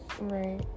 right